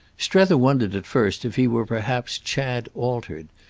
strether wondered at first if he were perhaps chad altered,